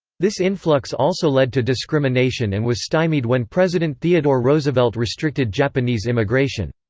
this influx also led to discrimination and was stymied when president theodore roosevelt restricted japanese immigration.